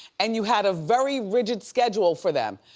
and you had a very rigid schedule for them.